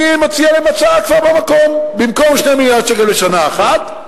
אני מציע להם הצעה כבר במקום: במקום 2 מיליארד שקל לשנה אחת,